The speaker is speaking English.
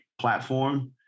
platform